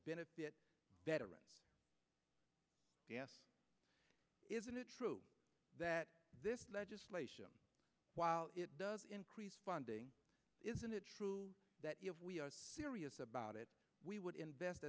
benefit better isn't it true that this legislation while it does increase funding isn't it true that if we are serious about it we would invest